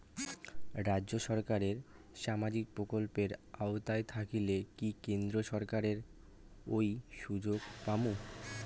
রাজ্য সরকারের সামাজিক প্রকল্পের আওতায় থাকিলে কি কেন্দ্র সরকারের ওই সুযোগ পামু?